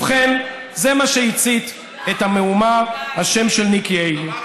ובכן, זה מה שהצית את המהומה, השם של ניקי היילי.